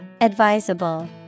advisable